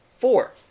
Four